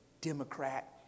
Democrat